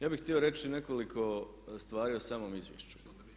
Ja bih htio reći nekoliko stvari o samom izvješću.